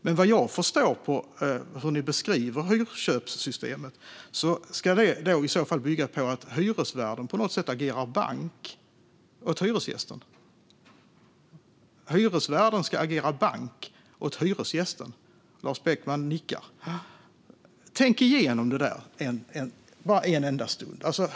Men vad jag förstår på hur ni beskriver hyrköpssystemet ska det bygga på att hyresvärden på något sätt agerar bank åt hyresgästen. Lars Beckman nickar. Tänk igenom det där en stund.